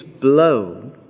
blow